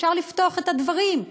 אפשר לפתוח את הדברים,